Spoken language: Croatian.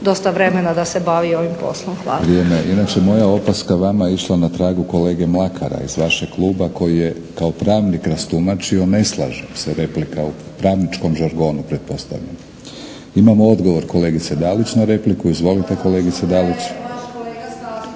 dosta vremena da se bavi i ovim poslom? Hvala. **Batinić, Milorad (HNS)** Inače, moja opaska vama je išla na tragu kolege Mlakara iz vašeg kluba koji je kao pravnik rastumačio, ne slažem se, replika u pravničkom žargonu pretpostavljam. Imamo odgovor kolegice Dalić na repliku. Izvolite kolegice Dalić.